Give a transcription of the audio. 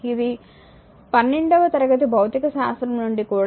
ఇది 12 వ తరగతి భౌతికశాస్త్రం నుండి కూడా తెలుస్తుంది e 1